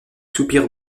soupir